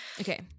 Okay